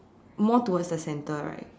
more towards the center right